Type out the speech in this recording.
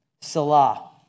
Salah